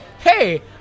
Hey